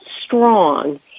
strong